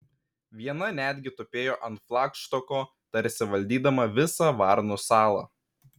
viena netgi tupėjo ant flagštoko tarsi valdydama visą varnų salą